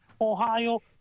Ohio